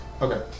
Okay